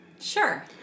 Sure